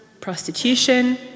prostitution